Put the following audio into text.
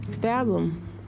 fathom